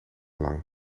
lang